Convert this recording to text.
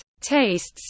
tastes